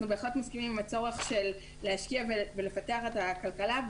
אנחנו בהחלט מסכימים עם הצורך להשקיע ולפתח את הכלכלה,